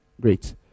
great